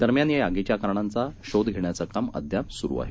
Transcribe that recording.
दरम्यानयाआगीच्याकारणांचाशोधघेण्याचंकामअद्यापसुरुआहे